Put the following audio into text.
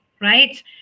right